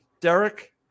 Derek